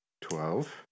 Twelve